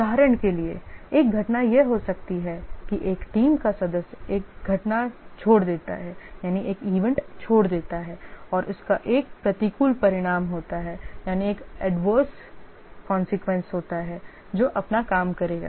उदाहरण के लिए एक घटना यह हो सकती है कि एक टीम का सदस्य एक घटना छोड़ देता है और इसका एक प्रतिकूल परिणाम होता है जो अपना काम करेगा